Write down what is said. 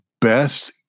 best